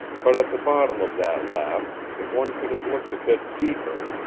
but at the bottom of that laugh, if one could have looked a bit deeper,